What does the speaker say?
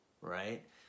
right